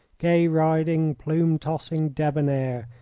gay-riding, plume-tossing, debonair,